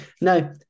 no